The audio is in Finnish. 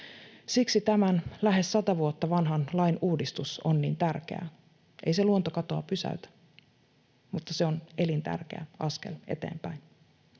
Siksi tämän lähes sata vuotta vanhan lain uudistus on niin tärkeää. Ei se luontokatoa pysäytä, mutta se on elintärkeä askel eteenpäin.